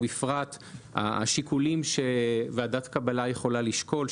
ובפרט השיקולים שוועדת קבלה יכולה לשקול,